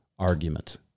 argument